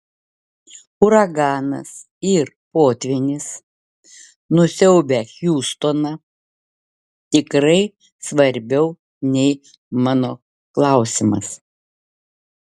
uraganas ir potvynis nusiaubę hjustoną tikrai svarbiau nei mano klausimas